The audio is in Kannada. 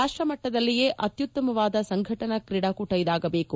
ರಾಷ್ಟಮಟ್ಟದಲ್ಲಿಯೇ ಅತ್ತುತ್ತಮವಾದ ಸಂಘಟನಾ ಕ್ರೀಡಾಕೂಟ ಇದಾಗಬೇಕು